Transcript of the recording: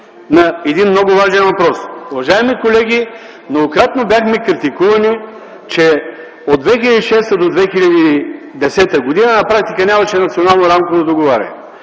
на един много важен въпрос. Уважаеми колеги, многократно бяхме критикувани, че от 2006 г. до 2010 г. на практика нямаше Национално рамково договаряне.